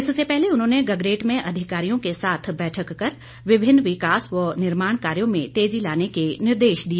इससे पहले उन्होंने गगरेट में अधिकारियों के साथ बैठक कर विभिन्न विकास व निर्माण कार्यो में तेजी लाने के निर्देश दिए